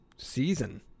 Season